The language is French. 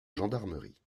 gendarmerie